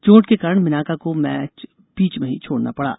चोट के कारण बिनाका को मैच बीच में ही छोड़ना पड़ा